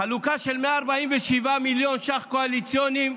חלוקה של 147 מיליון ש"ח קואליציוניים,